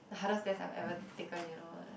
the hardest test I ever taken you know like